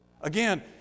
again